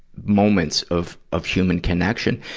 moments of of human connection.